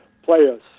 Players